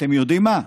אתם יודעים מה?